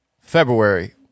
February